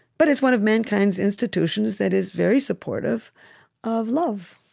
but it's one of mankind's institutions that is very supportive of love.